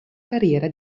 carriera